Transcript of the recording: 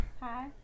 Hi